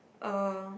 uh